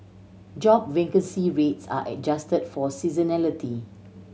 job vacancy rates are adjusted for seasonality